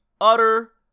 utter